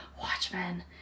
Watchmen